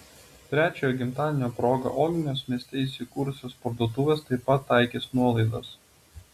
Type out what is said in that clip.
trečiojo gimtadienio proga ogmios mieste įsikūrusios parduotuvės taip pat taikys nuolaidas